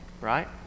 right